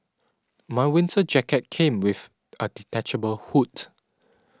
my winter jacket came with a detachable hood